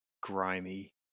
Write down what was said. grimy